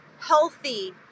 healthy